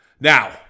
Now